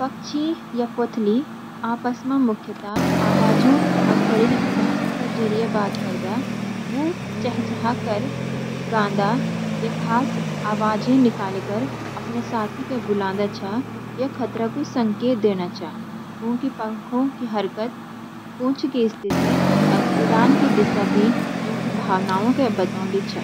पक्षी या पोथली आपस म मुख्यतः आवाज़ों और शरीर की भाषा का ज़रिया बात करदा । व्यू चहचहाकर, गांदा, या खास आवाज़ें निकालकर अपने साथी के बुलादा छ या खतरा कु संकेत देना छ। उनका पंखों की हरकत, पूंछ की स्थिति, और उड़ान की दिशा भी उनकी भावनाओं के बातों दी छ ।